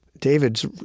David's